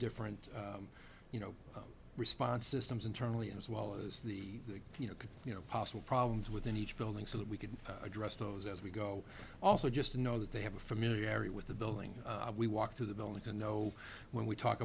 different you know response systems internally as well as the you know you know possible problems within each building so that we could address those as we go also just know that they have a familiarity with the building we walked through the building to know when we talk